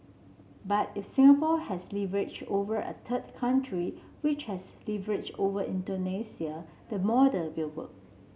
but if Singapore has leverage over a third country which has leverage over Indonesia the model will work